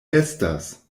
estas